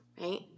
right